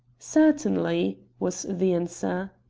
certainly, was the answer.